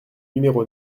numéro